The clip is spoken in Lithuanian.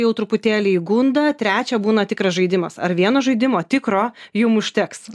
jau truputėlį įgunda trečią būna tikras žaidimas ar vieno žaidimo tikro jum užteks